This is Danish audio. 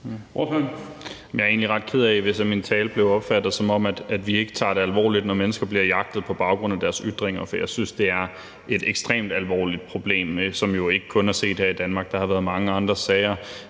Jeg er egentlig ret ked af, hvis min tale blev opfattet, som om vi ikke tager det alvorligt, når mennesker bliver jagtet på baggrund af deres ytringer, for jeg synes, det er et ekstremt alvorligt problem, som jo ikke kun er set her i Danmark. Der har været mange andre sager.